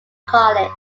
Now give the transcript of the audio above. college